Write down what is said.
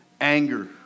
anger